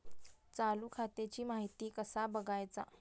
चालू खात्याची माहिती कसा बगायचा?